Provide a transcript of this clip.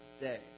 day